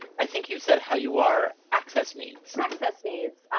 i think you've said how you are. access needs. access needs.